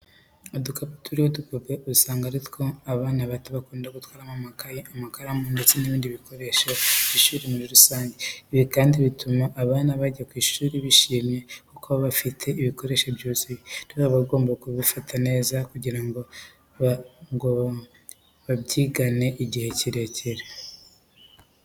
Udukapu turiho udupupe usanga ari two abana bato bakunda gutwaramo amakayi, amakaramu ndetse n'ibindi bikoresho by'ishuri muri rusange. Ibi kandi bituma abana bajya ku ishuri bishimye kuko baba bafite ibikoresho byuzuye. Rero baba bagomba kubifata neza kugira ngo babyigane igihe kirekire.